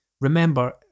remember